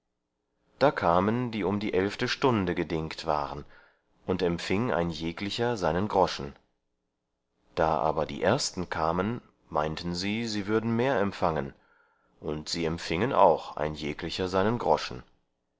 da kamen die um die elfte stunde gedingt waren und empfing ein jeglicher seinen groschen da aber die ersten kamen meinten sie sie würden mehr empfangen und sie empfingen auch ein jeglicher seinen groschen